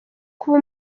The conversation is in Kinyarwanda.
kuba